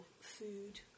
food